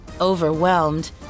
overwhelmed